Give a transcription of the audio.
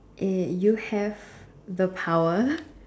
eh you have the power